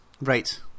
Right